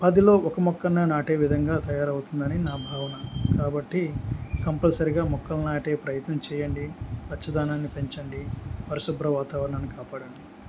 పదిలో ఒక మొక్కన్న నాటే విధంగా తయారవుతుందని నా భావన కాబట్టి కంపల్సరిగా మొక్కలు నాటే ప్రయత్నం చేయండి పచ్చదనాన్ని పెంచండి పరిశుభ్ర వాతావరణాన్ని కాపాడండి